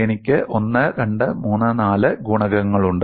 എനിക്ക് 1 2 3 4 ഗുണകങ്ങളുണ്ട്